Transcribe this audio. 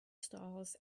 stalls